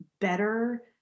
better